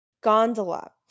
Gondola